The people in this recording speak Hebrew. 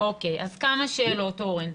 אז כמה שאלות, אורן.